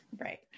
right